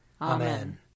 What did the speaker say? Amen